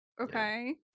Okay